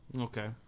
Okay